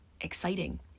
exciting